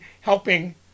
helping